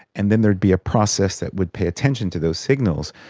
and then there would be a process that would pay attention to those signals.